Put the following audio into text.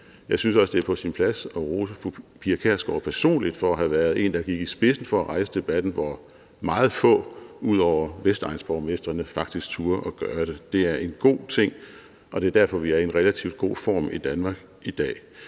Jeg synes også, det er på sin plads at rose fru Pia Kjærsgaard personligt for at have været en, der gik i spidsen for at rejse debatten, da meget få ud over Vestegnsborgmestrene faktisk turde at gøre det. Det er en god ting, og det er derfor, vi er i en relativt god form i Danmark i dag.